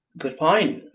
good point.